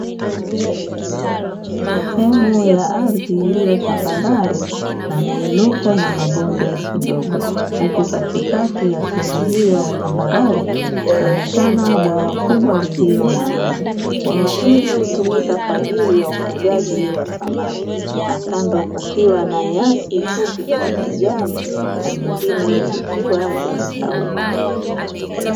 Sehemu ya ardhi iliyo tambarare na miinuko na mabonde kidogo. Huku katikati ya semu hiyo ya tambarare, likionekana bwawa kubwa lililo na maji, bwawa hili hutumika kwaajili ya ufugaji wa samaki na kando kukiwa na nyasi fupi za kijani na nyingine zikiwa zimekauka.